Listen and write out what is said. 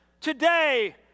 today